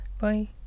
Bye